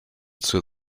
zur